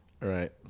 Right